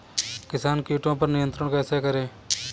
किसान कीटो पर नियंत्रण कैसे करें?